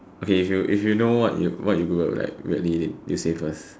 okay if you if you know what you what you will like really you say first